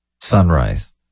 sunrise